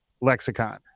lexicon